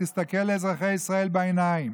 תסתכל לאזרחי ישראל בעיניים: